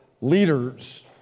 leaders